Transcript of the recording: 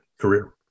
career